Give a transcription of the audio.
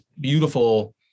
beautiful